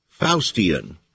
Faustian